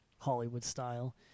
Hollywood-style